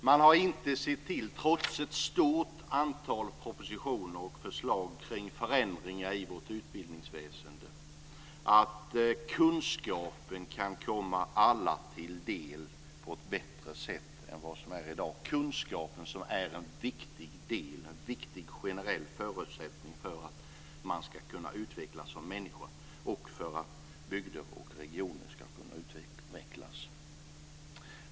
Man har inte sett till, trots ett stort antal propositioner och förslag kring förändringar i vårt utbildningsväsen, att kunskapen kan komma alla till del på ett bättre sätt än vad som är fallet i dag, kunskapen som är en viktig generell förutsättning för att man ska kunna utvecklas som människa och för att bygder och regioner ska kunna utvecklas.